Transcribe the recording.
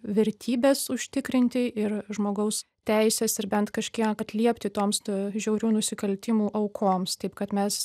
vertybes užtikrinti ir žmogaus teises ir bent kažkiek atliepti toms tų žiaurių nusikaltimų aukoms taip kad mes